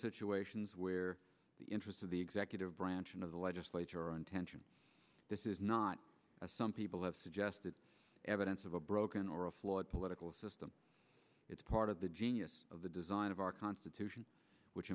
situations where the interests of the executive branch of the legislature are intention this is not some people have suggested evidence of a broken or a flawed political system it's part of the genius of the design of our constitution which